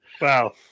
Wow